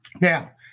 Now